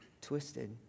twisted